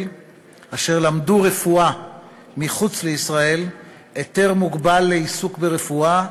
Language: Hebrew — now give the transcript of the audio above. אשר למדו רפואה מחוץ לישראל היתר מוגבל לעיסוק ברפואה,